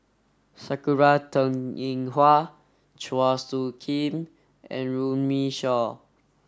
Sakura Teng Ying Hua Chua Soo Khim and Runme Shaw